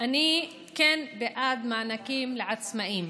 אני כן בעד מענקים לעצמאים